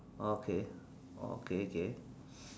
okay okay K